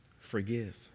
forgive